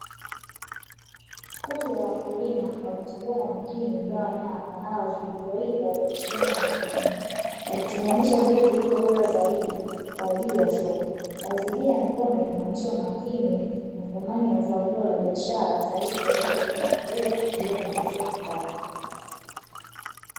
Kundi la wakulima wakichambua kwa makini zao aina ya kahawa, zilizoiva za kijani na nyekundu. Wakitenganisha zile zilizo bora zaidi kwa ajili ya soko. Kazi hii ya mikono inaonyesha umakini na thamani ya zao hilo la biashara na tayari kwa ajili kuuza na wakulima kujipatia kipato.